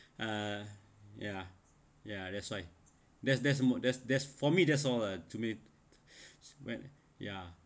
uh ya ya that's why there's there's there's there's for me there's all uh to me when ya